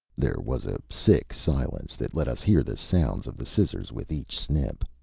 there was a sick silence that let us hear the sounds of the scissors with each snip.